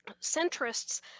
centrists